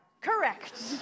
Correct